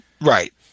Right